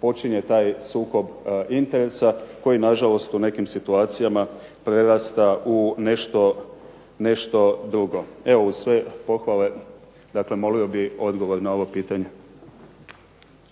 počinje taj sukob interesa koji na žalost u nekim situacijama prerasta u nešto drugo, uz sve pohvale molio bih odgovor na ovo pitanje.